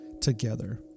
together